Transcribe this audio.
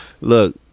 look